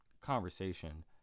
conversation